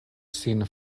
sin